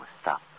stop